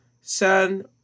San